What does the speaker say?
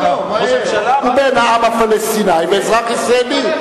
הוא בן העם הפלסטיני ואזרח ישראלי.